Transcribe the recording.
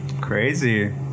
Crazy